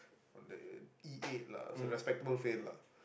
on the E-eight lah so a respectable fail lah